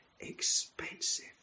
expensive